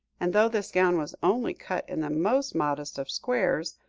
and though this gown was only cut in the most modest of squares,